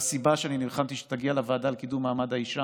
והסיבה שאני נלחמתי שהיא תגיע לוועדה לקידום מעמד האישה